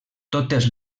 totes